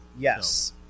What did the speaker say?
Yes